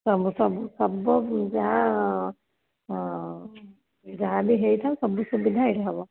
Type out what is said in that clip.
ସବୁ ସବୁ ସବୁ ଯାଆ ହଉ ଯାହାବି ହେଇଥାଉ ସବୁ ସୁବିଧା ଏଇଠି ହବ